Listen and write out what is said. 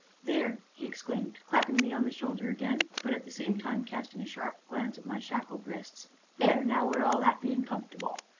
there! he exclaimed, clapping me on the shoulder again, but at the same time casting a sharp glance at my shackled wrists there now we're all appy an comfortable!